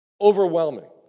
overwhelming